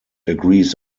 agrees